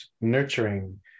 nurturing